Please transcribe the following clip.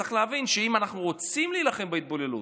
צריך להבין שאם אנחנו רוצים להילחם בהתבוללות,